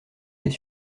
des